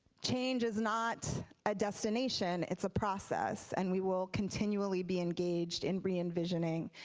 change is not a destination, its a process and we will continually be engaged in re envisioning,